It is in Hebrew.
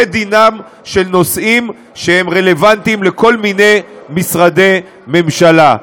זה דינם של נושאים שהם רלוונטיים לכל מיני משרדי ממשלה.